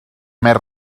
més